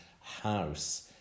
house